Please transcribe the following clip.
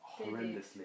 horrendously